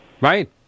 right